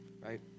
right